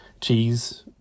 cheese